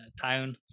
town